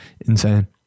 Insane